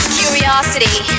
curiosity